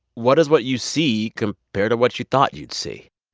what does what you see compare to what you thought you'd see?